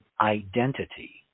identity